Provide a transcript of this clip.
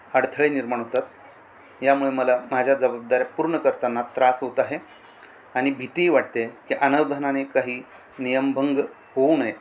अडथळे निर्माण होतात यामुळे मला माझ्या जबाबदाऱ्या पूर्ण करताना त्रास होत आहे आणि भीतीही वाटते की अनावधानाने काही नियमभंग होऊ नये